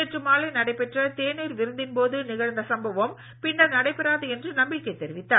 நேற்று மாலை நடைபெற்ற தேநீர் விருந்தின் போது நிகழ்ந்த சம்பவம் பின்னர் நடைபெறாது என நம்பிக்கை தெரிவித்தார்